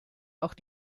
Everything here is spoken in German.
auch